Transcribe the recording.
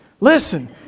Listen